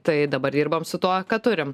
tai dabar dirbam su tuo ką turim